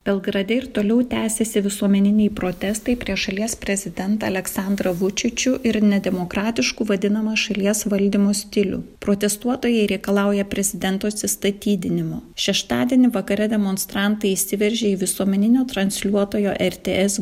belgrade ir toliau tęsiasi visuomeniniai protestai prieš šalies prezidentą aleksandrą vučičių ir nedemokratišku vadinamą šalies valdymo stilių protestuotojai reikalauja prezidento atsistatydinimo šeštadienį vakare demonstrantai įsiveržė į visuomeninio transliuotojo ertėes